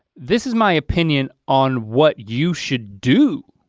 this is my opinion on what you should do